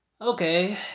Okay